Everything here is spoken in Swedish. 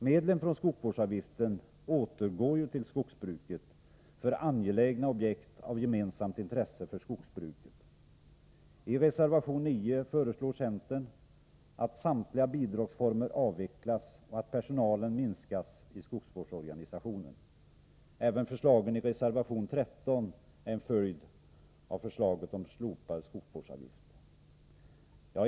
Medlen från skogsvårdsavgiften återgår ju till skogsbruket för angelägna objekt av gemensamt intresse för detta. I reservation 9 föreslår centern att samtliga bidragsformer avvecklas och att personalen i skogsvårdsorganisationen minskas. Även förslagen i reservation 13 är en följd av förslaget om slopande av skogsvårdsavgiften.